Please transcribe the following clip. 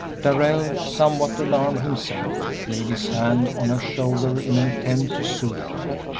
darrell, somewhat alarmed himself, laid his hand on her shoulder in an attempt to soothe her.